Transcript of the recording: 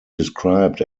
described